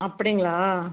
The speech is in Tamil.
அப்படிங்களா